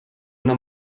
una